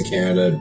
Canada